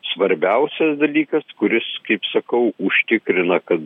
svarbiausias dalykas kuris kaip sakau užtikrina kad